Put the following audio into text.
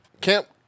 Camp